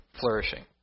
flourishing